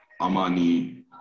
Amani